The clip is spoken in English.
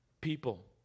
people